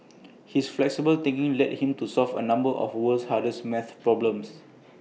his flexible thinking led him to solve A number of the world's hardest math problems